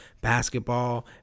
basketball